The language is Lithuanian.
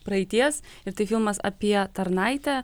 praeities ir tai filmas apie tarnaitę